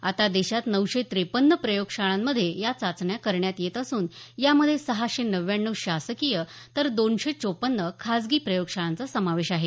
आता देशात नऊशे ट्रेपन्न प्रयोगशाळांमध्ये या चाचण्या करण्यात येत असून यामध्ये सहाशे नव्याण्णव शासकीय तर दोनशे चोपन्न खासगी प्रयोगशाळांचा समावेश आहे